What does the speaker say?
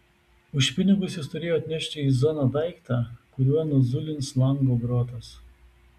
už pinigus jis turėjo atnešti į zoną daiktą kuriuo nuzulins lango grotas